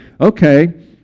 okay